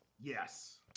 Yes